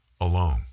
alone